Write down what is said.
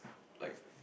like